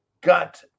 got